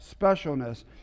specialness